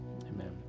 Amen